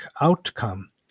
outcome